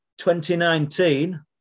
2019